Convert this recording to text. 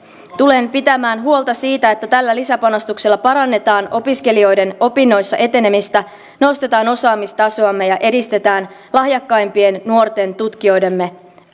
tulen pitämään huolta siitä että tällä lisäpanostuksella parannetaan opiskelijoiden opinnoissa etenemistä nostetaan osaamistasoamme ja edistetään lahjakkaimpien nuorten tutkijoidemme